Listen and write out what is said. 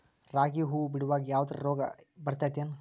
ರಾಗಿ ಹೂವು ಬಿಡುವಾಗ ಯಾವದರ ರೋಗ ಬರತೇತಿ ಏನ್?